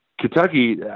Kentucky –